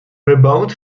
rebound